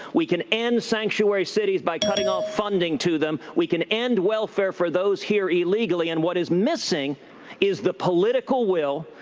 we can end sanctuary cities by cutting off. funding to them. we can end welfare for those here illegally. and what is missing is the political will,